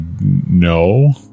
no